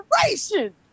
generation